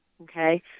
Okay